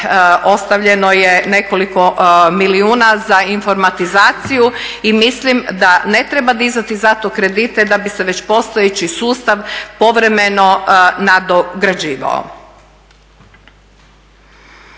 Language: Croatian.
ostavljeno je nekoliko milijuna za informatizaciju i mislim da ne treba dizati zato kredite da bi se već postojeći sustav povremeno nadograđivao.